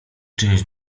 część